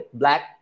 black